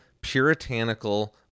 puritanical